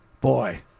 boy